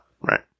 right